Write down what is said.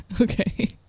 Okay